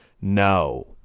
no